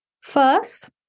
first